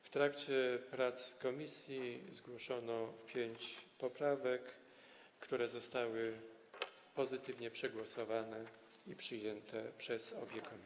W trakcie prac komisji zgłoszono pięć poprawek, które zostały pozytywnie przegłosowane i przyjęte przez obie komisje.